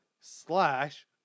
slash